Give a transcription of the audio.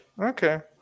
Okay